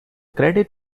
credit